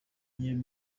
n’iyo